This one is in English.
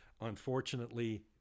Unfortunately